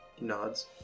nods